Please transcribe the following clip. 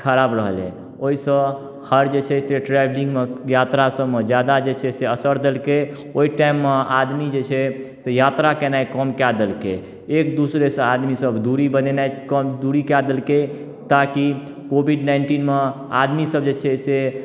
खराब रहलै ओहिसँ हर जे छै से ट्रैवलिङ्गमे यात्रा सबमे ज्यादा जे छै से असर करि देलकै ओहि टाइममे आदमी जे छै से यात्रा केनाइ कम कऽ देलकै एक दोसरासँ आदमी सब दूरी बनेनाइ कम दूरी कऽ देलकै ताकि कोविड नाइन्टीनमे आदमी सब जे छै से